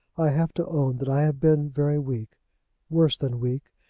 i have to own that i have been very weak worse than weak,